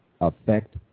affect